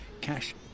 cash